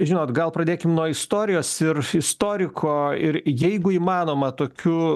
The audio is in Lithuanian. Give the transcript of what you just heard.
žinot gal pradėkim nuo istorijos ir istoriko ir jeigu įmanoma tokiu